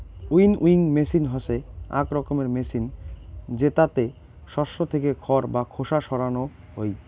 winnowing machine হসে আক রকমের মেচিন জেতাতে শস্য থেকে খড় বা খোসা সরানো হই